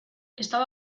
estaba